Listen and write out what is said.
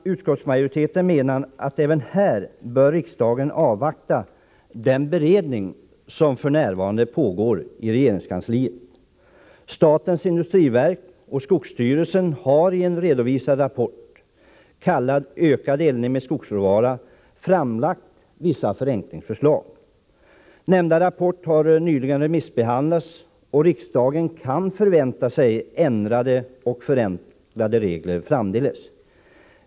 Utskottsmajoriteten menar att riksdagen även här bör avvakta den beredning som f.n. pågår i regeringskansliet. Statens industriverk och skogsstyrelsen har i en redovisad rapport, kallad Ökad eldning med skogsråvara, framlagt vissa förenklingsförslag. Nämnda rapport har remissbehandlats, och riksdagen kan förvänta sig ändrade och förenklade regler framdeles.